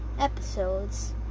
episodes